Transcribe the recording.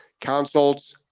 consults